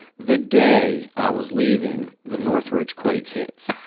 the day i was leaving, the northridge quake hits.